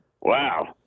wow